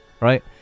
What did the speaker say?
right